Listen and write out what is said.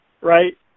right